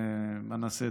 מה נעשה,